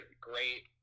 great